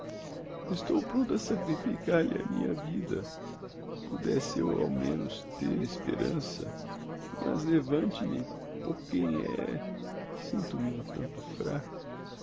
estou prompto a sacrificar lhe a minha vida pudesse eu ao menos ter esperança mas levante me por quem é sinto-me um tanto fraco